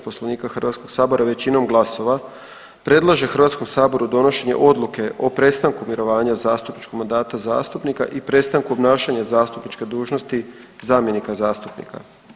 Poslovnika Hrvatskog sabora većinom glasova predlaže Hrvatskom saboru donošenje odluke o prestanku mirovanja zastupničkog mandata zastupnika i prestanku obnašanja zastupničke dužnosti zamjenika zastupnika.